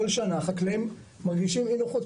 כל שנה החקלאים מרגישים אי נוחות,